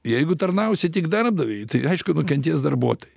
jeigu tarnausi tik darbdaviui tai aišku nukentės darbuotojai